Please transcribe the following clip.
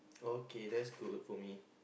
okay that's good for me